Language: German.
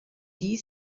die